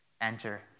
enter